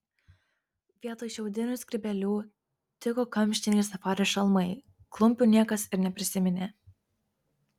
vietoj šiaudinių skrybėlių tiko kamštiniai safari šalmai klumpių niekas ir neprisiminė